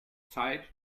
zeit